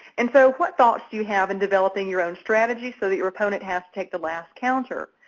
and so what thoughts do you have in developing your own strategy so that your opponent has to take the last counter?